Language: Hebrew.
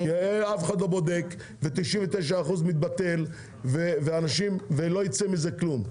אף אחד לא בודק וב- 99% מהמקרים זה מתבטל ולא ייצא מזה כלום.